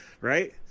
right